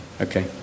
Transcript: Okay